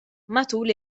matul